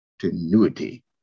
continuity